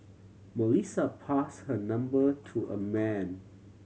Melissa pass her number to a man